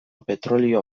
petrolio